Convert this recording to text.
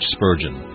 Spurgeon